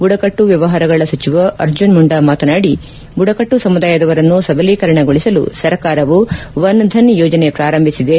ಬುಡಕಟ್ಲು ವ್ಲವಹಾರಗಳ ಸಚಿವ ಅರ್ಜುನ್ ಮುಂಡಾ ಮಾತನಾಡಿ ಬುಡಕಟ್ಲು ಸಮುದಾಯದವರನ್ನು ಸಬಲೀಕರಣಗೊಳಿಸಲು ಸರಕಾರವು ವನ್ ಧನ್ ಯೋಜನೆ ಪಾರಂಭಿಸಿದೆ